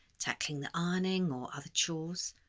tackling the ironing or other chores,